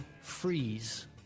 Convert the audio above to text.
freeze